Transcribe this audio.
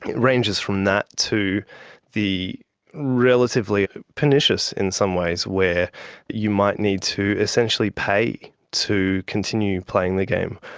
ranges from that to the relatively pernicious in some ways, where you might need to essentially pay to continue playing the game,